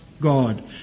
God